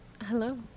Hello